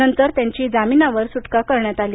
नंतर त्यांची जामिनावर सुटका करण्यात आली